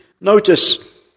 notice